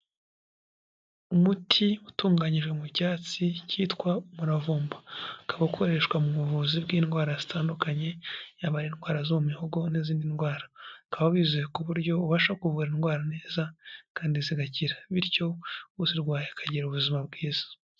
Umuti utunganyijwe mu cyatsi cyitwa umuravumba, ukaba ukoreshwa mu buvuzi bw'indwara zitandukanye, yaba indwara zo mu mihogo n'izindi ndwara, ukaba wizewe ku buryo ubasha kuvura indwara neza kandi zigakira, bityo uzirwaye akagira ubuzima bwiza.